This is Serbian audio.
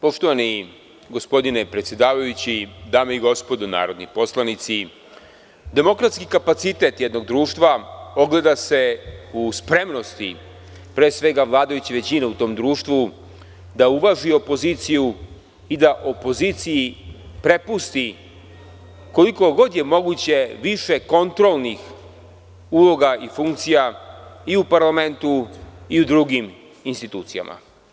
Poštovani gospodine predsedavajući, dame i gospodo narodni poslanici, demokratski kapacitet jednog društva ogleda se u spremnosti, pre svega, vladajuće većine u tom društvu da uvaži opoziciju i da opoziciji prepusti, koliko god je moguće, više kontrolnih uloga i funkcija i u parlamentu i u drugim institucijama.